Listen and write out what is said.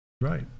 right